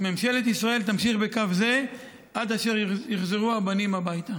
ממשלת ישראל תמשיך בקו זה עד אשר יוחזרו הבנים הביתה.